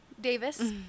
Davis